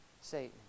Satan